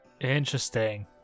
Interesting